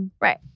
Right